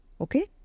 Okay